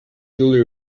julie